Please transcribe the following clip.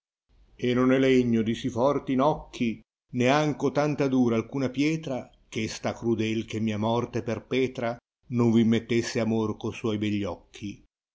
e non è legno di si forti nocchi ne anco tanto dura alcuna pietra gh està crude che mia morte perpetra non tì mettesse amor co suoi hegli occhi